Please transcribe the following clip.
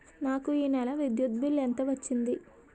నాకు ఈ నెల విద్యుత్ బిల్లు ఎంత వచ్చింది?